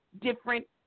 different